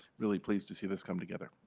really pleased to see this come together.